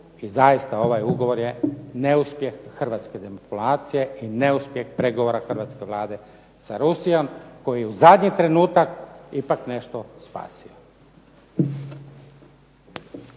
i zaista ovaj ugovor je neuspjeh hrvatske …/Ne razumije se./… i neuspjeh pregovora hrvatske Vlade sa Rusijom koji u zadnji trenutak ipak nešto spasio.